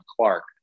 Clark